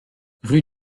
rue